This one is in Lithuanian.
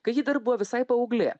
kai ji dar buvo visai paauglė